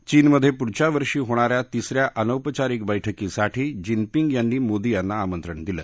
चीनमधे पुढच्या वर्षी होणाऱ्या तिसऱ्या अनौपचारिक वैठकीसाठी जिनपिंग यांनी मोदी यांना आमंत्रण दिलं